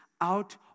out